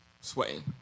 sweating